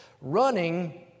Running